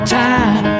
time